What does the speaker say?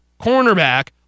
cornerback